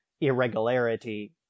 irregularity